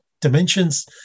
dimensions